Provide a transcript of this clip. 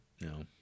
No